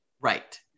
Right